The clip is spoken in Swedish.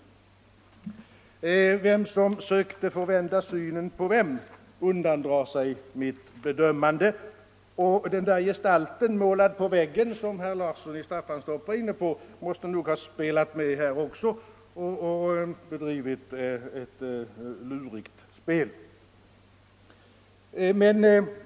Vem som försökte förvända synen på vem undandrar sig mitt bedömande —- den där gestalten målad på väggen, som herr Larsson i Staffanstorp talade om, måste nog ha bedrivit ett lurigt spel.